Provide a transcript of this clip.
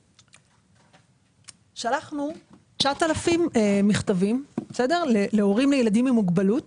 שלחנו 9,000 מכתבים להורים לילדים עם מוגבלות